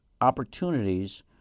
opportunities